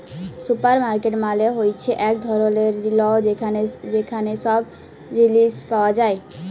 supermarket মালে হ্যচ্যে এক ধরলের ল যেখালে সব জিলিস পাওয়া যায়